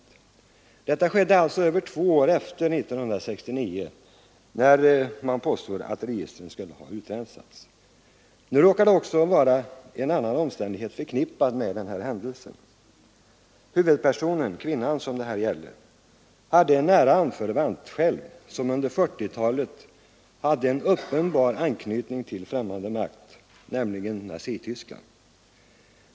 Detta skedde alltså över två år efter 1969, när registren enligt uppgift skulle ha utrensats. Nu råkar det också vara en annan omständighet förknippad med denna händelse. Huvudpersonen — kvinnan som det här gäller — hade en nära anförvant som under 1940-talet haft en uppenbar anknytning till ”främmande makt”, nämligen till Nazityskland.